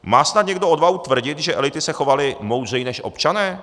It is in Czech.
Má snad někdo odvahu tvrdit, že elity se chovaly moudřeji než občané?